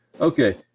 Okay